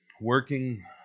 Working